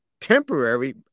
temporary